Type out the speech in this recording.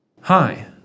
Hi